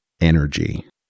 energy